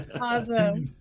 Awesome